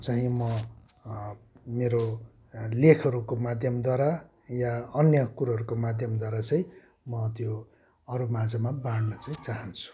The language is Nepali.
चाँहि म मेरो लेखहरूको माध्यमद्वारा या अन्य कुरोहरूको माध्यमद्वारा चाहिँ म त्यो अरूमाझमा बाँड्न चाहिँ चाहन्छु